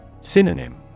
Synonym